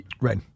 right